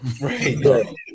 right